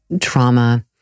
trauma